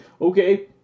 okay